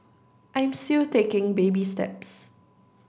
I'm still taking baby steps